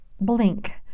Blink